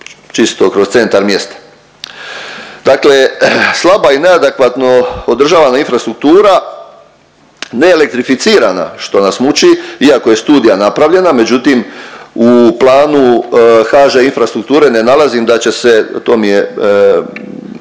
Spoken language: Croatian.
čisto kroz centar mjesta. Dakle, slaba i neadekvatno održavana infrastruktura, neelektrificirana što nas muči iako je studija napravljena, međutim u planu HŽ Infrastrukture ne nalazim da će se to mi je